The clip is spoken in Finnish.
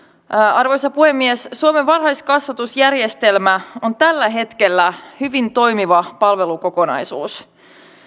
arvoisa puhemies suomen varhaiskasvatusjärjestelmä on tällä hetkellä hyvin toimiva palvelukokonaisuus